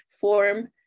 form